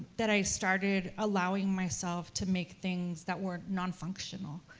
that i started allowing myself to make things that were non-functional,